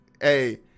Hey